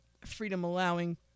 freedom-allowing